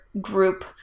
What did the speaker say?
group